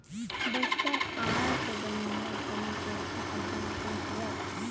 Bastar art बनइया घलो संस्था अब्बड़ कन हवय